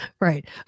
right